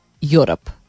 Europe